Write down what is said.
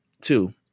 Two